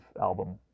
album